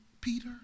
Peter